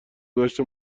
گذشت